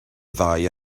ddau